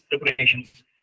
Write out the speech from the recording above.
preparations